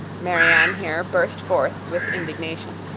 marianne here burst forth with indignation